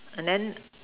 and then